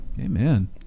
Amen